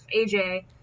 AJ